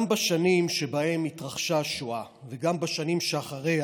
גם בשנים שבהן התרחשה השואה וגם בשנים שאחריה,